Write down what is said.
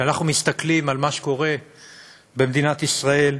כשאנחנו מסתכלים על מה שקורה במדינת ישראל,